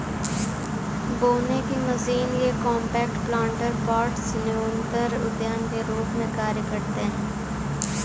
बोने की मशीन ये कॉम्पैक्ट प्लांटर पॉट्स न्यूनतर उद्यान के रूप में कार्य करते है